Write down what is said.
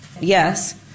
yes